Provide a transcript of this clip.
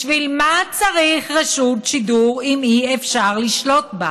בשביל מה צריך רשות שידור אם אי-אפשר לשלוט בה,